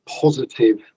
positive